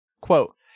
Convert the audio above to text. Quote